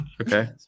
Okay